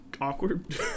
awkward